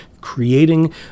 creating